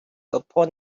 upon